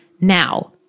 now